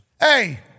Hey